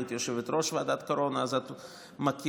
היית יושבת-ראש ועדת קורונה, אז את מכירה.